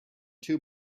two